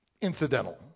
incidental